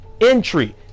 entry